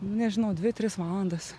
nu nežinau dvi tris valandas